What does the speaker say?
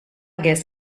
guess